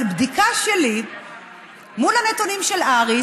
אבל בדיקה שלי מול הנתונים של הר"י,